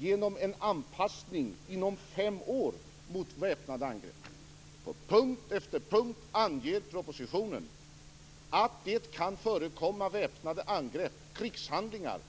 inom fem år genom en anpassning mot väpnande angrepp. På punkt efter punkt anger propositionen att det kan förekomma väpnade angrepp och krigshandlingar.